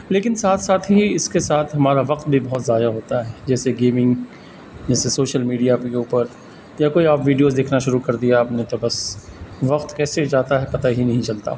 لیکن ساتھ ساتھ ہی اس کے ساتھ ہمارا وقت بھی بہت ضائع ہوتا ہے جیسے گیمنگ جیسے سوشل میڈیا کے اوپر یا کوئی آپ ویڈیوز دیکھنا شروع کر دیا آپ نے تو بس وقت کیسے جاتا ہے پتہ ہی نہیں چلتا